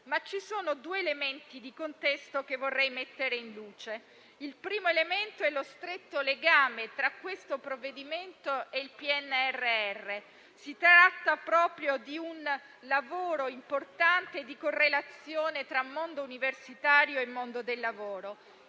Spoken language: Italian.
Ci sono però due elementi di contesto che vorrei mettere in luce. Il primo elemento è lo stretto legame tra questo provvedimento e il PNRR: si tratta proprio di un lavoro importante di correlazione tra mondo universitario e mondo del lavoro.